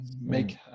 make